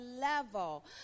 level